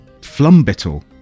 flumbittle